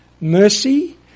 Mercy